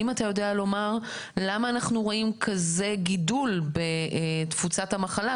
האם אתה יודע לומר למה אנחנו רואים כזה גידול בתפוצת המחלה?